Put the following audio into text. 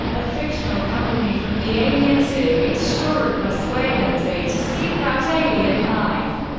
a fictional company from the alien series, shaw requests weyland's aid to seek out alien life.